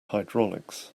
hydraulics